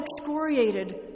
excoriated